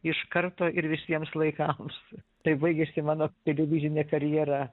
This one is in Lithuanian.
iš karto ir visiems laikams taip baigėsi mano televizinė karjera